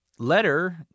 Letter